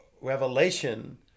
revelation